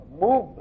movement